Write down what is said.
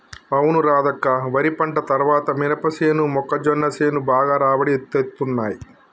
అవును రాధక్క వరి పంట తర్వాత మినపసేను మొక్కజొన్న సేను బాగా రాబడి తేత్తున్నయ్